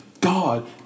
God